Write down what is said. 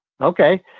okay